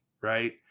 right